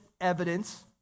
evidence